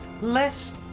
less